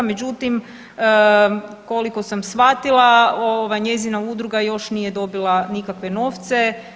Međutim, koliko sam shvatila njezina udruga još nije dobila nikakve novce.